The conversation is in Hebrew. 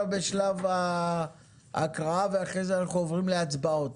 בשלב ההקראה ואחרי זה אנחנו עוברים להצבעות.